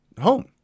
home